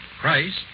Christ